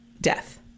death